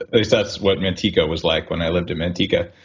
least that's what manteca was like when i lived manteca.